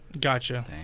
Gotcha